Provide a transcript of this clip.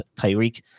Tyreek